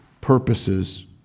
purposes